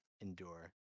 endure